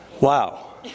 Wow